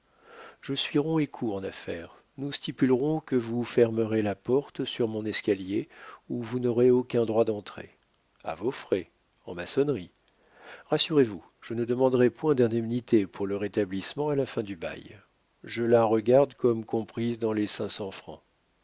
je suis rond et court en affaires nous stipulerons que vous fermerez la porte sur mon escalier où vous n'aurez aucun droit d'entrée à vos frais en maçonnerie rassurez-vous je ne demanderai point d'indemnité pour le rétablissement à la fin du bail je la regarde comme comprise dans les cinq cents francs